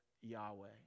Yahweh